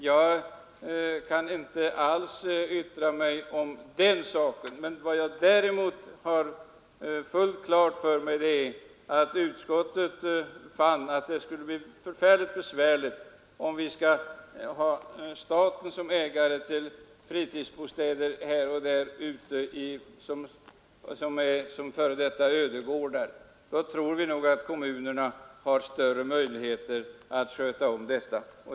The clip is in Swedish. Jag kan inte yttra mig om den saken, men vad jag har fullt klart för mig är att utskottet fann att det skulle bli mycket besvärligt om staten skulle vara ägare till fritidsbostäder här och där, dvs. köpa in ödegårdar. Vi tror att kommunerna har större möjligheter att klara detta.